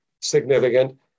significant